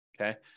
okay